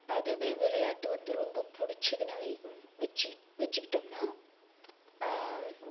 அதுவே விளையாட்டு வந்து ரொம்ப பிடிச்சிதுனு வை வெச்சுக்கிட் வெச்சுக்கிட்டம்னா